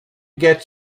get